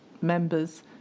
members